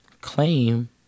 claim